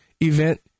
event